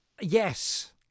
Yes